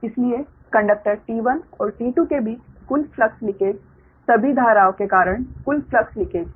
इसलिए conductor T1 और T2 के बीच कुल फ्लक्स लिंकेज सभी धाराओं के कारण कुल फ्लक्स लिंकेज हैं